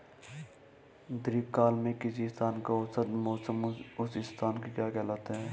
दीर्घकाल में किसी स्थान का औसत मौसम उस स्थान की क्या कहलाता है?